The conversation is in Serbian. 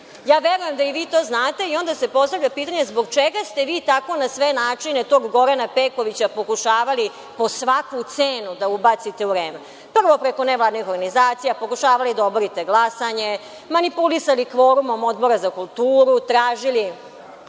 Verujem da i vi to znate. Onda se postavlja pitanje zbog čega ste vi tako na sve načine tog Gorana Pekovića pokušavali po svaku cenu da ubacite u REM. Prvo ste preko nevladinih organizacija pokušavali da oborite glasanje, manipulisali kvorumom Odbora za kulturu, tražili